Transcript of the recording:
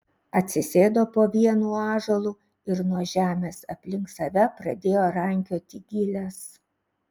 atsisėdo po vienu ąžuolu ir nuo žemės aplink save pradėjo rankioti giles